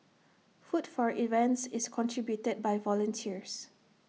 food for events is contributed by volunteers